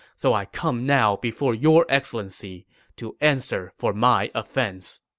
so i come now before your excellency to answer for my offense.